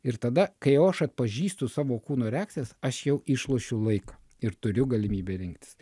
ir tada kai jau aš atpažįstu savo kūno reakcijas aš jau išlošiu laiką ir turiu galimybę rinktis